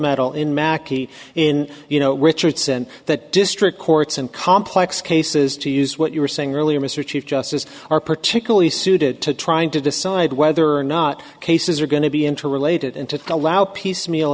know richardson that district courts and complex cases to use what you were saying earlier mr chief justice are particularly suited to trying to decide whether or not cases are going to be interrelated and to allow piecemeal